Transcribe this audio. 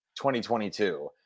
2022